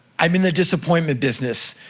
i'm in the disappointment business.